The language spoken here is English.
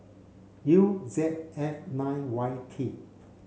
U Z F nine Y T